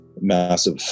massive